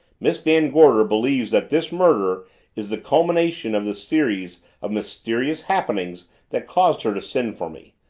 miss van gorder believes that this murder is the culmination of the series of mysterious happenings that caused her to send for me.